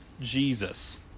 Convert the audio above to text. Jesus